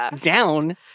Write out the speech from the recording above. down